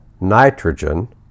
nitrogen